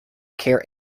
care